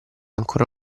ancora